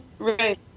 Right